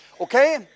Okay